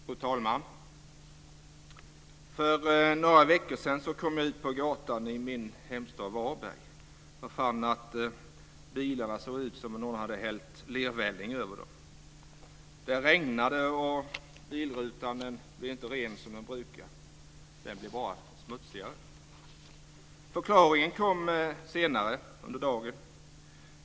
Fru talman! För några veckor sedan kom jag ut på gatan i min hemstad Varberg och fann att bilarna såg ut som om någon hade hällt lervälling över dem. Det regnade, och bilrutan blev inte ren som den brukar, utan den blev bara smutsigare. Förklaringen kom senare under dagen.